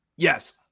Yes